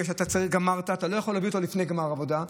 בגלל שגמרת ואתה לא יכול להביא אותו לפני גמר עבודה.